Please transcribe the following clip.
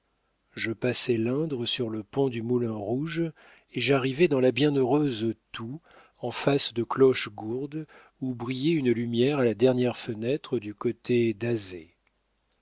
je passai l'indre sur le pont du moulin rouge et j'arrivai dans la bienheureuse toue en face de clochegourde où brillait une lumière à la dernière fenêtre du côté d'azay